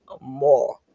more